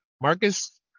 Marcus